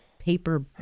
paper